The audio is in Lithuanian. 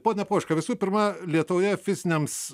p poška visų pirma lietuvoje fiziniams